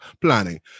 planning